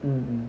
mm mm